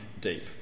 deep